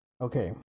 Okay